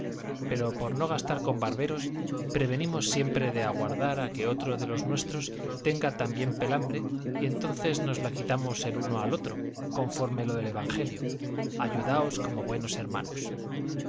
pero por no gastar con barberos prevenimos siempre de aguardar a que otro de los nuestros tenga también pelambre y entonces nos la quitamos el uno al otro conforme lo del evangelio ayudaos como buenos hermanos